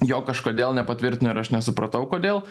jo kažkodėl nepatvirtino ir aš nesupratau kodėl